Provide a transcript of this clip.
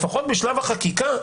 לפחות בשלב החקיקה,